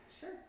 Sure